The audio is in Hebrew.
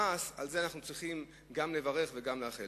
המעש, על זה אנחנו צריכים לברך ולאחל.